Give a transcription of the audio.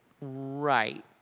Right